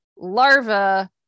larva